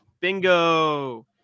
Bingo